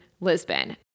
lisbon